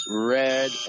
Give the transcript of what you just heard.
red